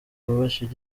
bubashywe